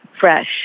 fresh